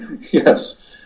Yes